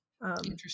interesting